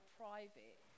private